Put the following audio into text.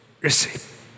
receive